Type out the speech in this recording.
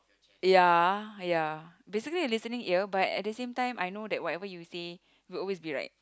ya ya basically a listening ear but at the same time I know that whatever you say would always be right